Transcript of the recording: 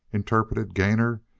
interpreted gainor,